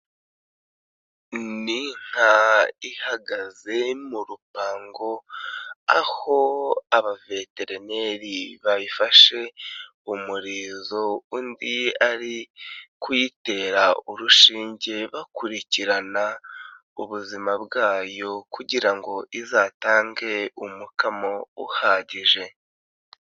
Ni inka ihagaze mu rupango, aho abaveterineri bayifashe umurizo, undi ari kuyitera urushinge, bakurikirana ubuzima bwayo kugira ngo izatange umukamo uhagije.